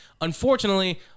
Unfortunately